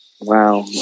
Wow